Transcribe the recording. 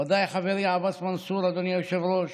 ודאי חברי עבאס מנסור, אדוני היושב-ראש,